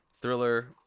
thriller